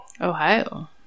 Ohio